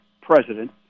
president